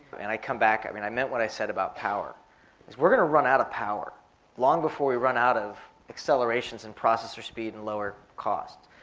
and i come back, i mean i meant what i said about power, because we're going to run out of power long before we run out of accelerations and processor speed and lower cost.